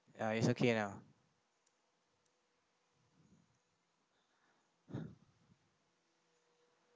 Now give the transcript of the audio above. ya it's okay now